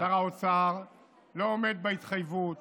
שר האוצר לא עומד בהתחייבות